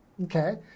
Okay